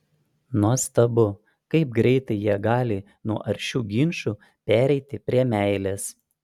nuostabu kaip greitai jie gali nuo aršių ginčų pereiti prie meilės